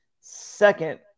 second –